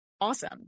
awesome